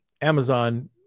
Amazon